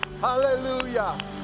Hallelujah